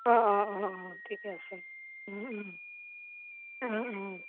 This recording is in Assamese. অঁ অঁ অঁ অঁ ঠিক আছে